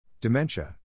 dementia